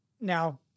Now